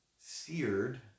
seared